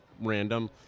random